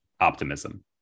optimism